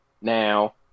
Now